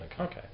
Okay